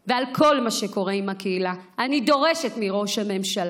ועל כל מה שקורה עם הקהילה אני דורשת מראש הממשלה